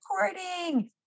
recording